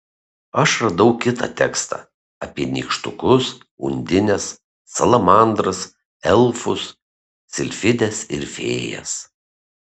aš radau kitą tekstą apie nykštukus undines salamandras elfus silfides ir fėjas